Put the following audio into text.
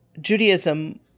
Judaism